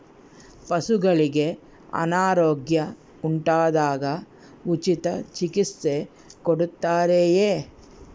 ಪಶುಗಳಿಗೆ ಅನಾರೋಗ್ಯ ಉಂಟಾದಾಗ ಉಚಿತ ಚಿಕಿತ್ಸೆ ಕೊಡುತ್ತಾರೆಯೇ?